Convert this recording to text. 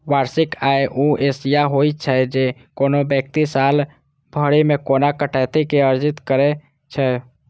वार्षिक आय ऊ राशि होइ छै, जे कोनो व्यक्ति साल भरि मे बिना कटौती के अर्जित करै छै